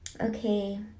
okay